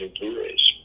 Blu-rays